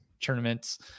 tournaments